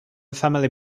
family